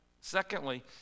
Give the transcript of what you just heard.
Secondly